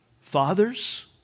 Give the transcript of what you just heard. Fathers